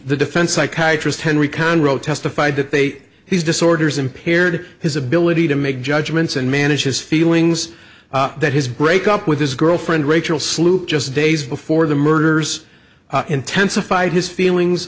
the defense psychiatry's henry conroe testified that they his disorders impaired his ability to make judgments and manage his feelings that his break up with his girlfriend rachel sloop just days before the murders intensified his feelings